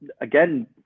Again